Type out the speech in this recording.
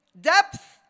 depth